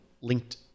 linked